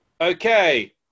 Okay